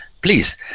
Please